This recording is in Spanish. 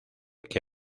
que